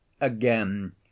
Again